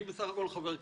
אני בסך הכל חבר כנסת.